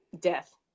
death